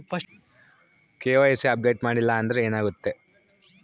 KYC update ಮಾಡಿಲ್ಲ ಅಂದ್ರೆ ಏನಾಗುತ್ತೆ?